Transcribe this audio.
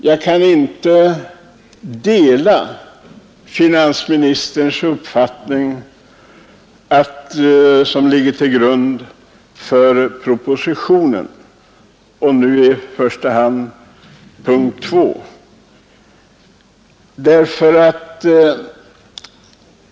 Jag kan inte dela finansministerns uppfattning, som ligger till grund för propositionen och nu i första hand för punkten 2.